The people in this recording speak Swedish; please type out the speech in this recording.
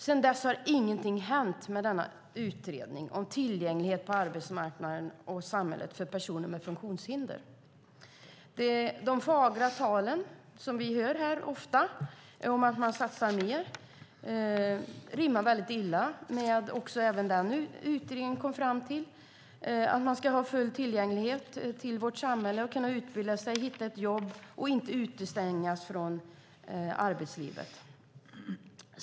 Sedan dess har inget hänt med denna utredning om tillgänglighet på arbetsmarknaden och i samhället för personer med funktionshinder. Det fagra tal som vi ofta hör om att regeringen satsar mer stämmer dåligt överens med verkligheten och med det utredningen kom fram till, nämligen att man ska full tillgänglighet till vårt samhälle, kunna utbilda sig, hitta jobb och inte utestängas från arbetslivet.